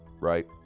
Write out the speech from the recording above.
right